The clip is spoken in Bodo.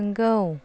नोंगौ